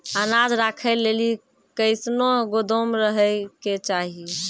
अनाज राखै लेली कैसनौ गोदाम रहै के चाही?